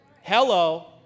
Hello